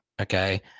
okay